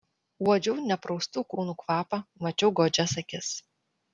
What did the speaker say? uodžiau nepraustų kūnų kvapą mačiau godžias akis